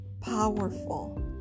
powerful